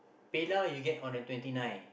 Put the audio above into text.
PayNow you get on the twenty nine